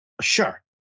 Sure